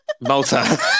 Malta